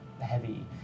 heavy